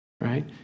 right